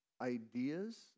ideas